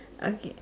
okay